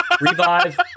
revive